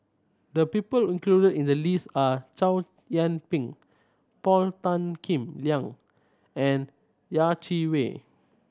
the people included in the list are Chow Yian Ping Paul Tan Kim Liang and Yeh Chi Wei